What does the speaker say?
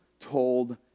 told